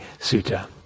Sutta